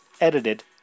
edited